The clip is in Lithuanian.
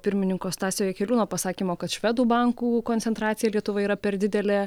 pirmininko stasio jakeliūno pasakymo kad švedų bankų koncentracija lietuvoje yra per didelė